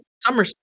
Summer